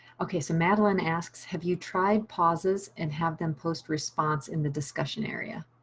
okay. so, madeline asks, have you tried pauses and have them post response in the discussion area.